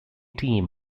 team